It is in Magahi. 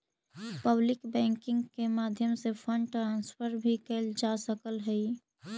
पब्लिक बैंकिंग के माध्यम से फंड ट्रांसफर भी कैल जा सकऽ हइ